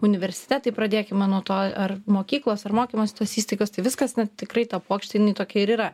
universitetai pradėkime nuo to ar mokyklos ar mokymosi tos įstaigos tai viskas na tikrai ta puokštė jinai tokia ir yra